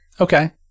okay